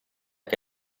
che